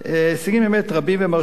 ההישגים באמת רבים ומרשימים,